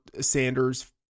Sanders